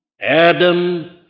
Adam